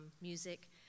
music